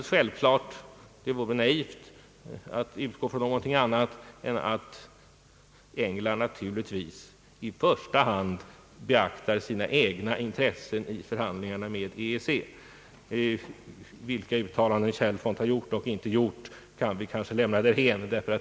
Självklart beaktar England i första hand — det vore naivt att utgå från något annat — sina egna intressen i förhandlingarna med EEC. Vilka uttalanden Chalfont har gjort och inte gjort kan vi lämna därhän.